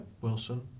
Wilson